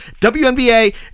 WNBA